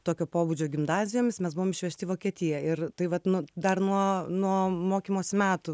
tokio pobūdžio gimnazijomis mes buvom išvežti į vokietiją ir tai vat nu dar nuo nuo mokymosi metų